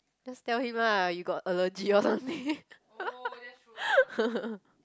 just tell him lah you got allergy or something